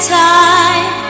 time